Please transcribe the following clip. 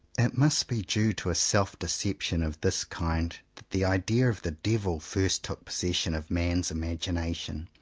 it must be due to a self-deception of this kind that the idea of the devil first took possession of man's imagination.